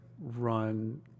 run